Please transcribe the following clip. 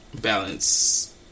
balance